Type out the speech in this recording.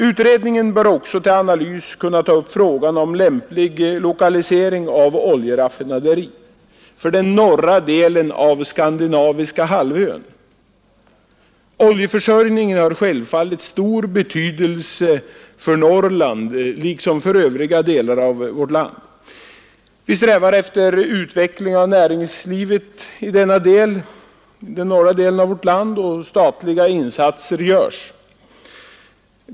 Utredningen bör också till analys kunna ta upp frågan om lämplig lokalisering av ett oljeraffinaderi för den norra delen av skandinaviska halvön. Oljeförsörjningen har självfallet stor betydelse för Norrland liksom för övriga delar av vårt land. Vi strävar efter utveckling av näringslivet i den norra delen av landet och statliga insatser görs.